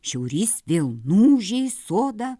šiaurys vėl nuūžė į sodą